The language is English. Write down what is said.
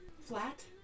Flat